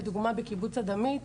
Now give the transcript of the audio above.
לדוגמא בקיבוץ אדמית,